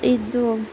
ಇದು